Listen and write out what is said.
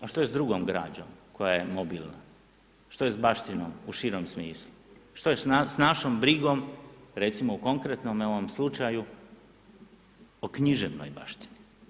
a što je s drugom građom koja je mobilna, što je s baštinom u širem smislu, što je s našom brigom recimo u konkretnom ovom slučaju o književnoj baštini?